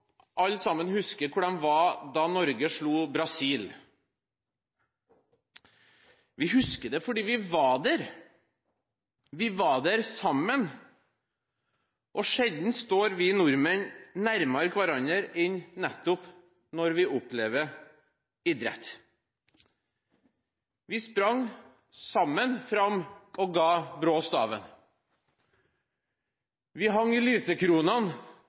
husker hvor de var da «Norge slo Brasil». Vi husker det fordi vi var der – vi var der sammen. Sjelden står vi nordmenn nærmere hverandre enn nettopp når vi opplever idrett. Vi sprang sammen fram og ga Brå staven, vi hang